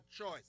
choice